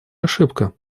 ошибка